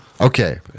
Okay